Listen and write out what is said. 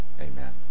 Amen